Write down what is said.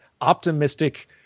optimistic